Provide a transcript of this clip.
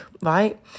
right